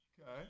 Okay